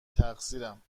تقصیرم